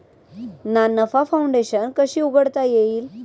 ना नफा फाउंडेशन कशी उघडता येईल?